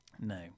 No